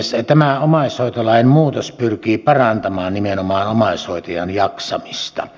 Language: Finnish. tämä omaishoitolain muutos pyrkii parantamaan nimenomaan omaishoitajan jaksamista